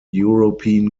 european